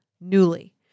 Newly